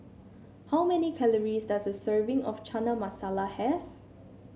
how many calories does a serving of Chana Masala have